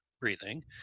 breathing